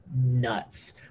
nuts